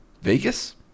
vegas